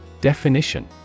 Definition